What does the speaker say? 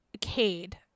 Cade